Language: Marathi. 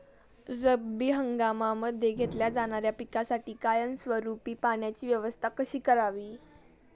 रब्बी हंगामामध्ये घेतल्या जाणाऱ्या पिकांसाठी कायमस्वरूपी पाण्याची व्यवस्था कशी करावी?